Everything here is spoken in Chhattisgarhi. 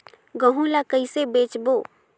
गहूं ला कइसे बेचबो?